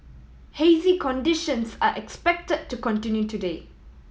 hazy conditions are expected to continue today